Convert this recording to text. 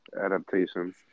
adaptation